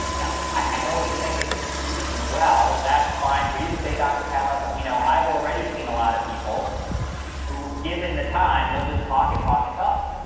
now, i know what you're thinking. you're thinking well, that's fine for you to say, dr. pantilat, but, you know, i've already seen a lot of people who given the time will just talk and talk and talk.